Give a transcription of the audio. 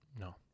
No